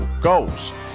goals